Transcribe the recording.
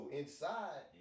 inside